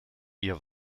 ihr